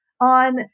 on